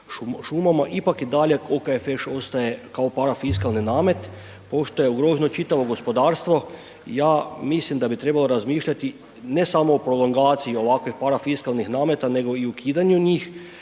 šumama, ipak i dalje OKFŠ ostaje kao parafiskalni namet, pošto je ugroženo čitavo gospodarstvo, ja mislim da bi trebalo razmišljati ne samo o prolongaciji ovakvih parafiskalnih nameta nego i o ukidanju njih,